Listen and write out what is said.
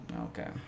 Okay